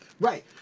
Right